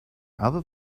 other